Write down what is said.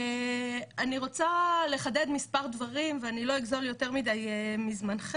אני רוצה לחדד מספר דברים ואני לא אגזול יותר מדי מזמנכם.